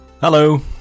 Hello